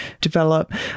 develop